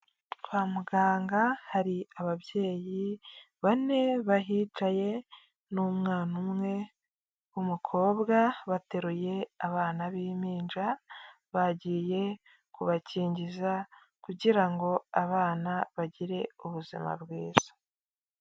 Kwa muganga hari ababyeyi bane bahicaye n'umwana umwe w'umukobwa bateruye abana b'impinja bagiye kubakingiza kugira ngo abana bagire ubuzima bwiza.